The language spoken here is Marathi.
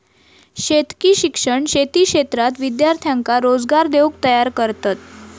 शेतकी शिक्षण शेती क्षेत्रात विद्यार्थ्यांका रोजगार देऊक तयार करतत